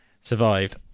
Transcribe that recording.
survived